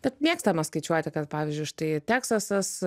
bet mėgstama skaičiuoti kad pavyzdžiui štai teksasas